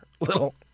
little